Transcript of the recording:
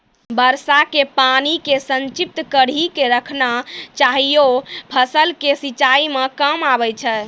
वर्षा के पानी के संचित कड़ी के रखना चाहियौ फ़सल के सिंचाई मे काम आबै छै?